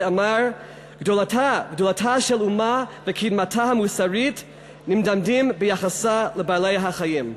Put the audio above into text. שאמר: "גדולתה של אומה וקדמתה המוסרית נמדדות ביחסה לבעלי-החיים".